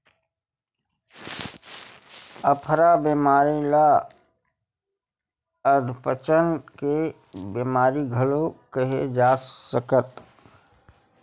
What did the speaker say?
अफरा बेमारी ल अधपचन के बेमारी घलो केहे जा सकत हे